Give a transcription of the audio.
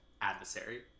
adversary